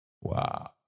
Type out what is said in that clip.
Wow